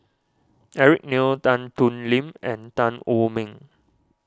Eric Neo Tan Thoon Lip and Tan Wu Meng